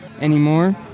anymore